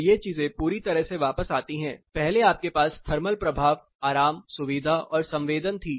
तो ये चीजें पूरी तरह से वापस आती हैं पहले आपके पास थर्मल प्रभाव आराम असुविधा और संवेदन थी